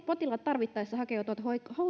potilaat tarvittaessa hakeutuvat